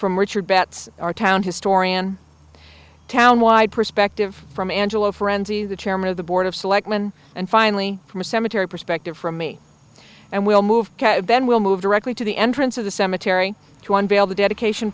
from richard betts our town historian town wide perspective from angelo frenzies the chairman of the board of selectmen and finally from a cemetery perspective from me and we'll move then we'll move directly to the entrance of the cemetery to unveil the dedication